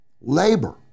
labor